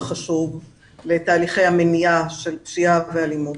חשוב לתהליכי המניעה של פשיעה ואלימות.